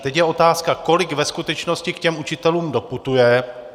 Teď je otázka, kolik ve skutečnosti k učitelům doputuje.